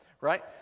right